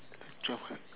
twelve ah